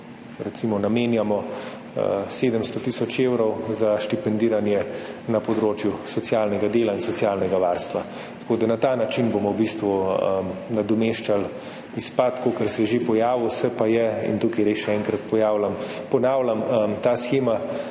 recimo, namenjamo 700 tisoč evrov za štipendiranje na področju socialnega dela in socialnega varstva. Tako bomo na ta način v bistvu nadomeščali izpad, kolikor se je že pojavil. Se pa je, in tukaj res še enkrat ponavljam, ta shema